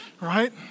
right